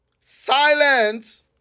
Silent